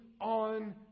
on